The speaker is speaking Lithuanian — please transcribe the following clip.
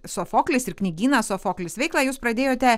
sofoklis ir knygyną sofoklis veiklą jūs pradėjote